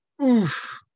Oof